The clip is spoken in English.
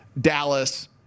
Dallas